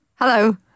Hello